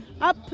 up